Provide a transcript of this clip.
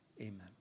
amen